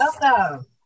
Welcome